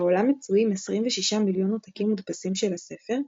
בעולם מצויים עשרים וששה מיליון עותקים מודפסים של הספר,